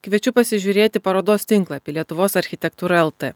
kviečiu pasižiūrėti parodos tinklapį lietuvos architektūra lt